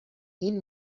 این